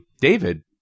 David